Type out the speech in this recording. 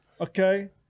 Okay